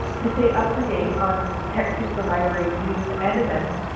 to stay up to date on techsoup for libraries news and events,